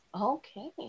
Okay